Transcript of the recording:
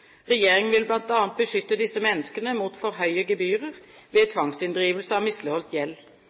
Regjeringen vil bl.a. beskytte disse menneskene mot for høye gebyrer ved tvangsinndrivelse av misligholdt gjeld.